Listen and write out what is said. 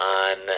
on